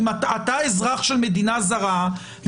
אתה אזרח של מדינה זרה,